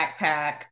backpack